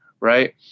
Right